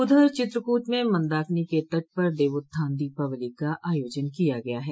उधर चित्रकूट में मंदाकिनी के तट पर देवोत्थान दीपावली का आयोजन किया गया है